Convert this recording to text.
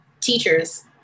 teachers